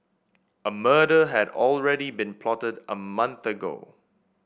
a murder had already been plotted a month ago